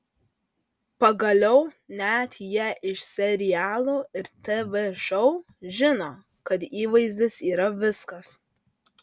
pagaliau net jie iš serialų ir tv šou žino kad įvaizdis yra viskas